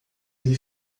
ele